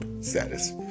status